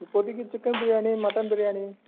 இப்போதைக்கு chicken biryani mutton biryani